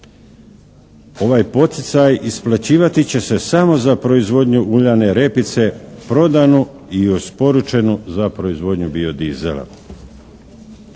Ovaj poticaj isplaćivati će se samo za proizvodnju uljane repice prodanu i isporučenu za proizvodnju bio-diesela.